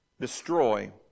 destroy